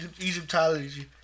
Egyptology